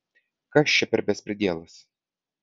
kas čia per bespridielas